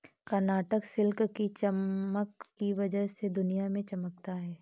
Karnataka silk की चमक की वजह से दुनिया में चमकता है